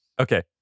Okay